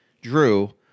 drew